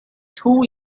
two